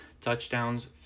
touchdowns